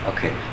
Okay